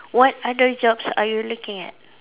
what other jobs are you looking at